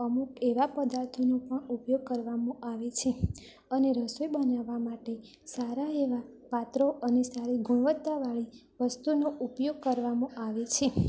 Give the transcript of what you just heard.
અમુક એવા પદાર્થોનો પણ ઉપયોગ કરવામાં આવે છે અને રસોઈ બનાવવા માટે સારા એવા પાત્રો અને સારી ગુણવત્તાવાળી વસ્તુનો ઉપયોગ કરવામાં છે